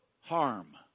harm